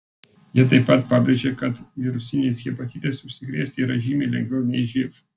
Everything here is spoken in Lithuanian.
jie taip pat pabrėžė kad virusiniais hepatitais užsikrėsti yra žymiai lengviau nei živ